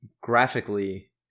graphically